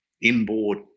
inboard